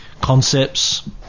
concepts